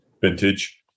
vintage